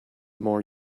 more